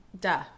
Duh